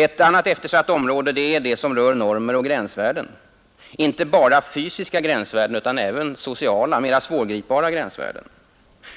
Ett annat eftersatt område är normer och gränsvärden, och då inte bara fysiska utan även mera svårtydbara sociala gränsvärden.